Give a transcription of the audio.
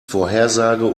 vorhersage